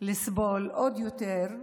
לסבול עוד יותר,